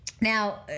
Now